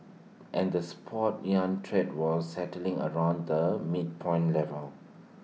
and the spot yuan trade was settling around the midpoint level